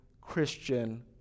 Christian